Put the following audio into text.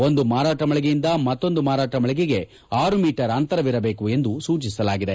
ಒಂದು ಮಾರಾಟ ಮಳಿಗೆಯಿಂದ ಮತ್ತೊಂದು ಮಾರಾಟ ಮಳಿಗೆಗೆ ಆರು ಮೀಟರ್ ಅಂತರವಿರಬೇಕು ಎಂದು ಸೂಚಿಸಲಾಗಿದೆ